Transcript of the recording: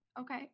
Okay